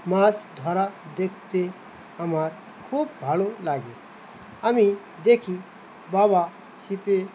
মাছ ধরা দেখতে আমার খুব ভালো লাগে আমি দেখি বাবা ছিপে